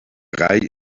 gall